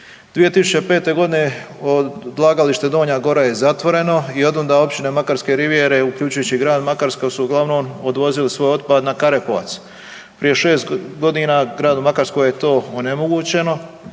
2005. odlagalište Donja gora je zatvoreno i od onda općine Makarske rivijere uključujući i Grad Makarsku su uglavnom odvozili svoj otpad na Karepovac. Prije šest godina Gradu Makarskoj je to onemogućeno